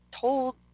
told